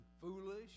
foolish